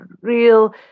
real